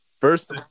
First